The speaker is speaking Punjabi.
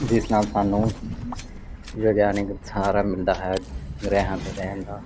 ਜਿਸ ਨਾਲ ਸਾਨੂੰ ਵਿਗਿਆਨਿਕ ਸਹਾਰਾ ਮਿਲਦਾ ਹੈ ਗ੍ਰਹਿਾਂ 'ਤੇ ਰਹਿਣ ਦਾ